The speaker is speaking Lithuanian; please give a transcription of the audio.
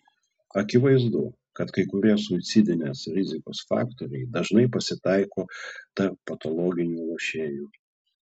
akivaizdu kad kai kurie suicidinės rizikos faktoriai dažnai pasitaiko tarp patologinių lošėjų